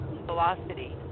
Velocity